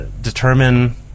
determine